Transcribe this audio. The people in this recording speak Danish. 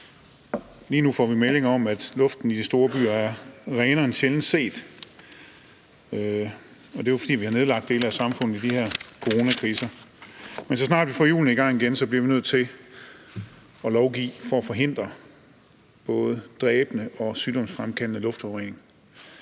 Lige nu får vi meldinger om, at luften i de store byer er renere end sjældent set, og det er jo, fordi vi har nedlagt dele af samfundet i den her coronakrise. Men så snart vi får hjulene i gang igen, bliver vi nødt til at lovgive for at forhindre både dræbende og sygdomsfremkaldende luftforurening.